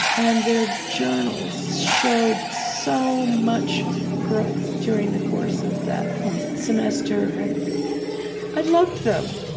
and their journals showed so much growth during the course of that semester. and i loved them.